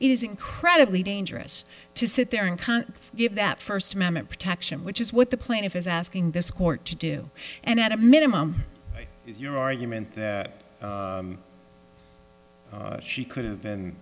is incredibly dangerous to sit there and con give that first amendment protection which is what the plaintiff is asking this court to do and at a minimum your argument that she could and